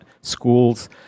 schools